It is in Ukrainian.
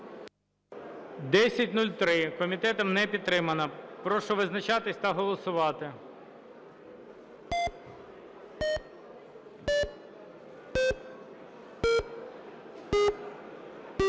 правка, комітетом не підтримана. Прошу визначатись та голосувати.